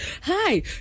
hi